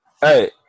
Hey